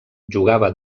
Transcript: jugava